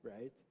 right